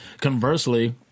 conversely